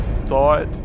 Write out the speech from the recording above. thought